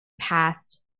past